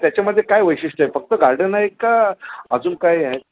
त्याच्यामध्ये काय वैशिष्ट्य आहे फक्त गार्डन आहे का अजून काही आहे